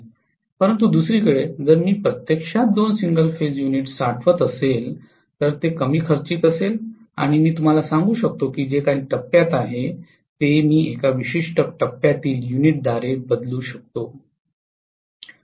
परंतु दुसरीकडे जर मी प्रत्यक्षात दोन सिंगल फेज युनिट साठवत असेल तर ते कमी खर्चिक असेल आणि मी तुम्हाला सांगू शकतो की जे काही टप्प्यात आहे ते मी एका विशिष्ट टप्प्यातील युनिटद्वारे बदलू शकतो